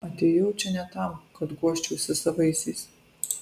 atėjau čia ne tam kad guosčiausi savaisiais